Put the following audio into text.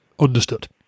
Understood